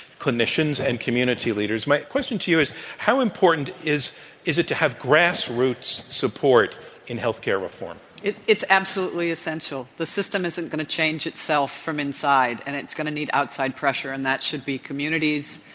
clinicians, and community leaders. my question to you is how important is is it to have grassroots support in healthcare reform? it's it's absolutely essential. the system isn't going to change itself from inside. and it's going to need outside pressure. and that should be communities.